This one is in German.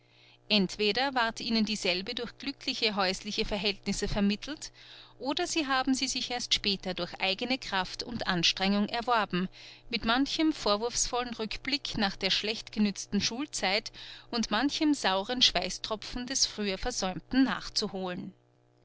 entweder ward ihnen dieselbe durch glückliche häusliche verhältnisse vermittelt oder sie haben sie sich erst später durch eigne kraft und anstrengung erworben mit manchem vorwurfsvollen rückblick nach der schlecht genützten schulzeit und manchem sauren schweißtropfen des früher versäumten nachzuholen